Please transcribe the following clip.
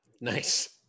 Nice